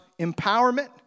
empowerment